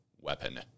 weapon